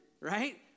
right